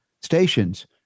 stations